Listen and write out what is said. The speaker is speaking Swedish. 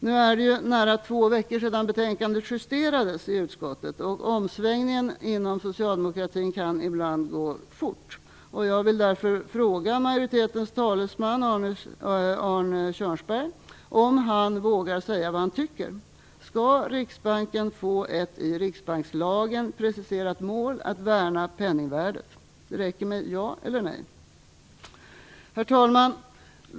Nu är det ju nära två veckor sedan betänkandet justerades i utskottet, och omsvängningen inom socialdemokratin kan ibland gå fort. Jag vill därför fråga majoritetens talesman Arne Kjörnsberg om han vågar säga vad han tycker: Skall Riksbanken få ett i Riksbankslagen preciserat mål att värna penningvärdet? Det räcker med ett ja eller ett nej. Herr talman!